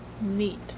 Neat